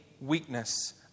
weakness